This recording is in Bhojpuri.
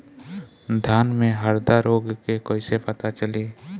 धान में हरदा रोग के कैसे पता चली?